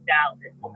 Dallas